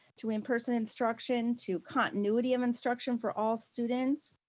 to in-person instruction, to continuity of instruction for all students,